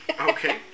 Okay